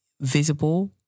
visible